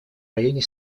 районе